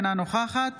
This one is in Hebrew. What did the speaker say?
אינה נוכחת